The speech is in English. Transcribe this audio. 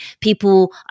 people